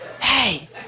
hey